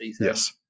Yes